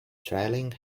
trailing